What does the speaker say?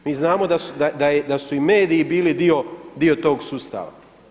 Mi znamo da su i mediji bili dio tog sustava.